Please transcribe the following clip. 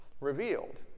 revealed